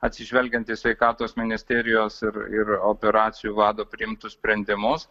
atsižvelgiant į sveikatos ministerijos ir ir operacijų vado priimtus sprendimus